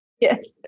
Yes